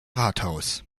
rathaus